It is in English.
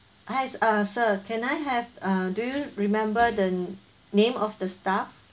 hi s~ uh sir can I have uh do you remember the name of the staff